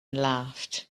laughed